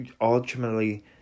ultimately